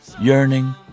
yearning